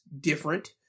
different